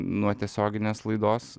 nuo tiesioginės laidos